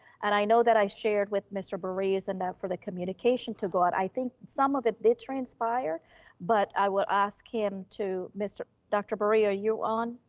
and i know that i shared with mr. beris and that for the communication to go out, i think some of it did transpire but i will ask him to dr. berrio, you on?